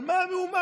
על מה המהומה?